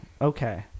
Okay